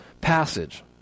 passage